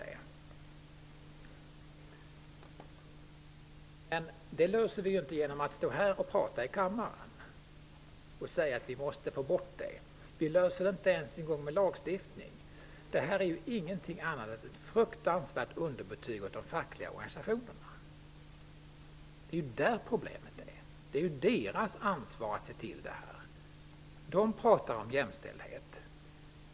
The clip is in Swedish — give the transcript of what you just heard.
Problemet löser vi inte genom att tala här i kammaren och säga att vi måste få bort dem. Vi löser det inte ens med lagstiftning. Det här är ingenting annat än ett fruktansvärt underbetyg av de fackliga organisationerna. Det är där problemet ligger. Det är deras ansvar. De talar om jämställdhet.